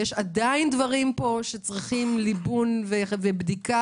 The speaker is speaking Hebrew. ויש פה עדיין דברים שצריכים ליבון ובדיקה